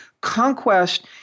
Conquest